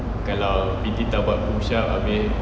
kalau P_T tak buat push-up abeh